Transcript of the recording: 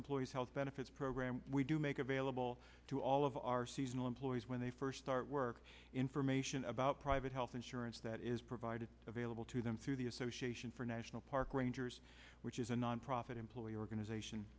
employees health benefits program we do make available to all of our seasonal employees when they first start work information about private health insurance that is provided available to them through the association for national park rangers which is a nonprofit employee organization